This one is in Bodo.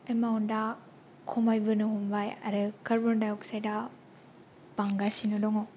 एमाउन्टा खमायबोनो हमबाय आरो कार्बन दाइ अक्सायडा बांगासिनो दङ